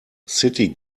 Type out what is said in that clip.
city